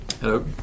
hello